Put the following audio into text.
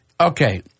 Okay